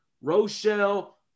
Rochelle